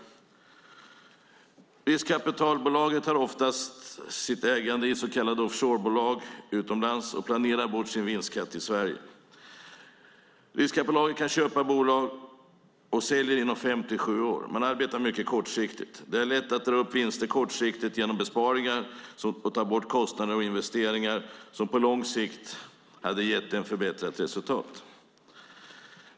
Riskkapitalbolaget har oftast sitt ägande i så kallade offshorebolag utomlands och planerar bort sin vinstskatt i Sverige. Riskkapitalbolaget kan köpa bolag och säljer inom fem till sju år. Man arbetar mycket kortsiktigt. Det är lätt att dra upp vinster kortsiktigt genom besparingar som tar bort kostnader och investeringar som på lång sikt hade gett ett förbättrat resultat.